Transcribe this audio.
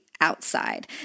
outside